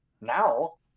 now